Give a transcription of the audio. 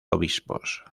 obispos